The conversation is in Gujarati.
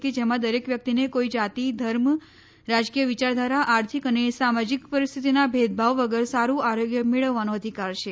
કે જેમાં દરેક વ્યક્તિને કોઈ જાતિ ધર્મ રાજકીય વિચારધારા આર્થિક અને સામાજિક પરિસ્થિતિના ભેદભાવ વગર સારુ આરોગ્ય મેળવવાનો અધિકાર છે